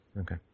Okay